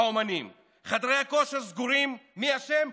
האומנים, חדרי הכושר סגורים, מי אשם?